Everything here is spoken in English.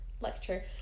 lecture